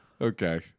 okay